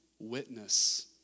witness